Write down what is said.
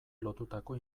lotutako